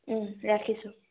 ৰাখিছোঁ